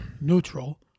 neutral